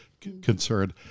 concerned